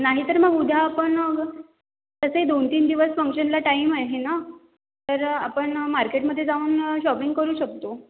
नाहीतर मग उद्या आपण अगं तसंही दोनतीन दिवस फंक्शनला टाइम आहे ना तर आपण मार्केटमध्ये जाऊन शॉपिंग करू शकतो